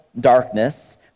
darkness